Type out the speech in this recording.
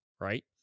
right